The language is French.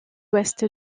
ouest